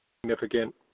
Significant